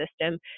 system